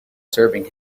serving